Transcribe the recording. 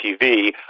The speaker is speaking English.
TV